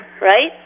right